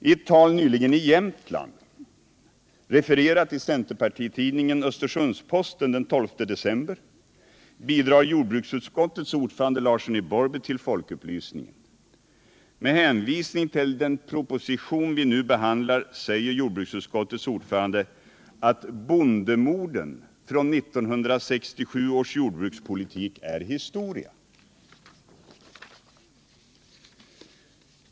I ett tal nyligen i Jämtland, refererat i centerpartitidningen Östersundsposten den 12 december, bidrar jordbruksutskottets ordförande, Einar Larsson i Borrby, till folkupplysningen. Med hänvisning till den proposition som vi nu behandlar säger jordbruksutskottets ordförande att bondemorden från 1967 års jordbrukspolitik är historia.